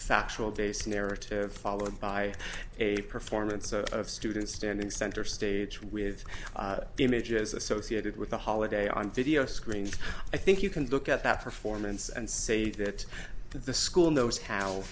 factual basis narrative followed by a performance of students standing center stage with images associated with the holiday on video screen i think you can look at that performance and say that the school knows how